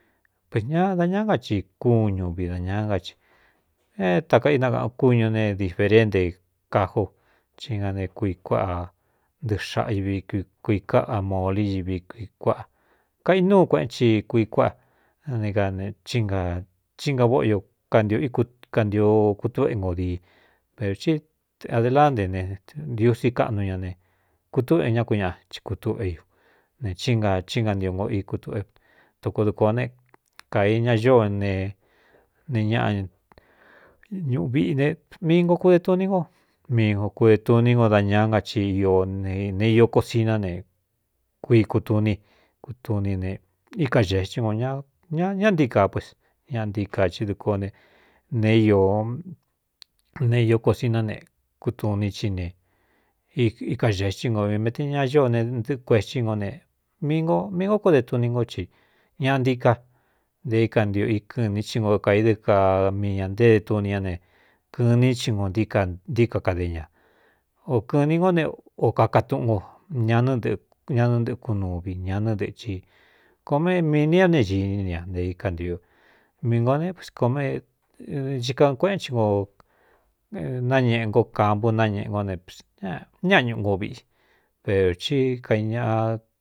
Pe ña da ñaá nga ci kúun ñuvi da ñāá na i é taka inákaꞌan kúñū ne diferén nte kajo cí nga ne kui kuaꞌa ntɨꞌɨxaꞌa vi kui káꞌa molí ñivi kui kuaꞌa kainúu kueꞌén chi kui kuáꞌa ne aí na chí nga váꞌo io kantio íkantio kutúꞌu é ngo dii perō tí adelande ne ndiusí kaꞌnu ña ne kutúꞌe ñá ku ñaꞌa ci kutuꞌé u ne cí nga chínga ntio ngo i kutuꞌe doko duko o né kāiña ñóó ne ne ñꞌ ñuꞌuviꞌi ne mii nkoo kude tuní nko mii nkoo kude tuní ngo da ñaá nga ci ne io ko siná ne kui kutuní kutni ne íka gētí no ña ntíí ka pues ñaꞌa ntika i duko ne ne i ne īo kosiná ne kutuní i ne ika getí ngo mete ña ñóó ne ntɨꞌɨ kuētí ngo ne mi no mii ngo ko de tuni nko ci ñaꞌa ntíká nte íkantio i kɨɨn ni xi no kai dɨ́ ka mii ña nté de tuni ña ne kɨɨn ní ci ngo níka ntíka kadé ña ō kɨ̄ɨn ni ngó ne o kaka túꞌun nko ñanɨ́ñanɨ ntɨkúnuvi ñānɨ́ ndɨchi komé mii nia ne xiní ña nte ikantio mii ngō nekomene hika kuéꞌén ci nko nañēꞌe ngo kampu náñeꞌe n nñaꞌa ñūꞌu ngo viꞌi perō tí kai ñaꞌa.